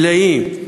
מלאים,